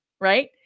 right